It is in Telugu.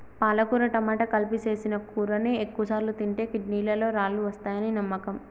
పాలకుర టమాట కలిపి సేసిన కూరని ఎక్కువసార్లు తింటే కిడ్నీలలో రాళ్ళు వస్తాయని నమ్మకం